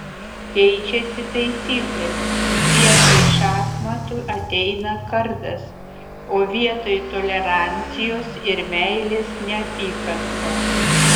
keičiasi taisyklės vietoj šachmatų ateina kardas o vietoj tolerancijos ir meilės neapykanta